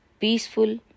peaceful